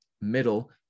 middle